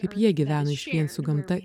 kaip jie gyvena išvien su gamta